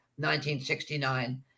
1969